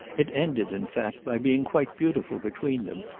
it ended in fact by being quite beautiful between them,